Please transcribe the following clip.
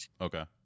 okay